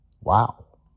Wow